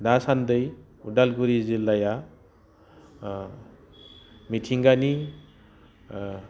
दासान्दै उदालगुरि जिल्लाया मिथिंगानि